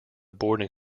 boarding